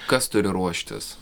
kas turi ruoštis